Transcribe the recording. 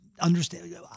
understand